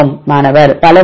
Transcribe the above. மாணவர் பல வரிசை